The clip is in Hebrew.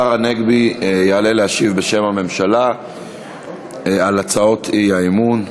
השר הנגבי יעלה להשיב בשם הממשלה על הצעות האי-אמון,